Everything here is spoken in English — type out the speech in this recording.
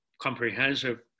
comprehensive